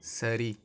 சரி